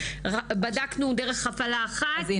אחד,